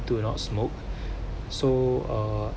do not smoke so uh